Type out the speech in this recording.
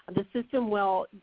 the system will,